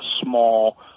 small